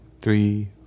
three